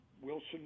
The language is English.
Wilson